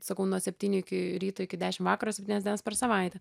sakau nuo septynių iki ryto iki dešim vakaro septynias dienas per savaitę